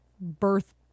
birth